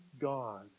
God